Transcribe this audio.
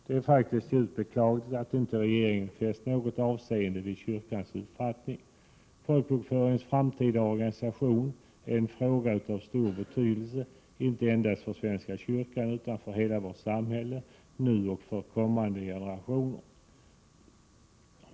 Det är faktiskt djupt beklagligt att regeringen inte fäst något avseende vid kyrkans uppfattning. Folkbokföringens framtida organisation är en fråga av stor betydelse, inte endast för svenska kyrkan utan för hela vårt samhälle, nu och för kommande generationer.